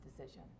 decision